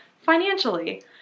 financially